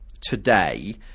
today